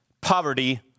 poverty